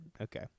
Okay